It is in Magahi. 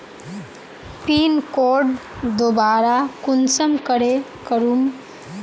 पिन कोड दोबारा कुंसम करे करूम?